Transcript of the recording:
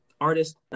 Artist